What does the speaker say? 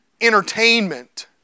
entertainment